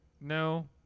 No